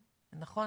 נכון?